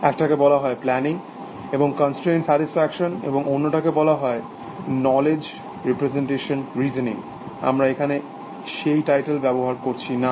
একটাকে বলা হয় প্ল্যানিং এবং কনস্ট্রেন্ট স্যাটিসফ্যাকশন এবং অন্যটাকে বলা হয় নলেজ রিপ্রেজেনটেশন রিজনিং আমরা এখানে সেই টাইটেল ব্যবহার করছি না